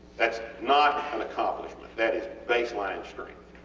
thats not an accomplishment that is baseline strength,